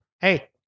hey